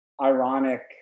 ironic